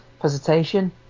presentation